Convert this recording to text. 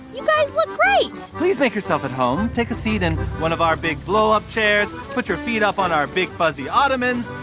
you guys look great please make yourself at home. take a seat in one of our big blow-up chairs. put your feet up on our big, fuzzy ottomans.